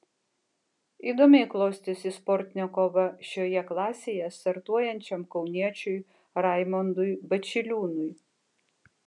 įdomiai klostėsi sportinė kova šioje klasėje startuojančiam kauniečiui raimondui bačiliūnui